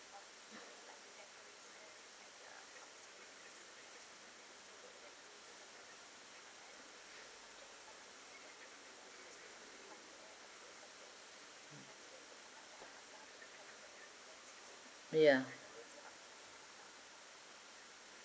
ya